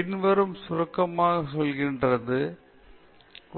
பின்வருமாறு சுருக்கமாகச் சொல்கிறது